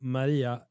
Maria